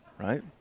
right